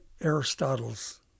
Aristotle's